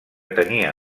tenia